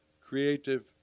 creative